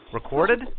Recorded